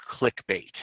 clickbait